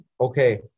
okay